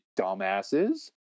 dumbasses